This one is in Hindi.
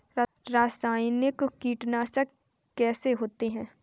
रासायनिक कीटनाशक कैसे होते हैं?